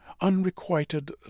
unrequited